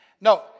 No